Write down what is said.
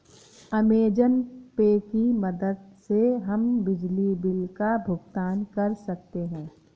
Amazon pay की मदद से हम बिजली बिल का भुगतान कर सकते हैं